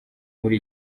muri